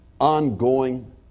ongoing